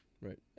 right